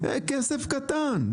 זה כסף קטן.